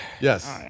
Yes